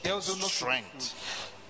strength